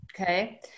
Okay